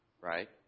right